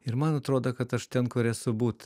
ir man atrodo kad aš ten kur esu būt